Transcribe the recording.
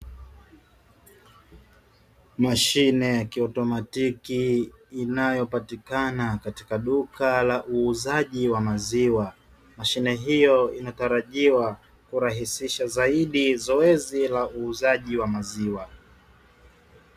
Mashine ya kiautomatiki inyopatikana katika duka la uuzaji wa maziwa. Mashine hiyo inatarajiwa kurahisisha zaidi zoezi la uuzaji wa maziwa.